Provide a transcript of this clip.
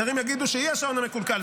אחרים יגידו שהיא השעון המקולקל,